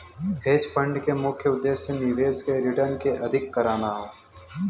hedge fund क मुख्य उद्देश्य निवेश के रिटर्न के अधिक करना हौ